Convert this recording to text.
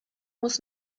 muss